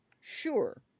sure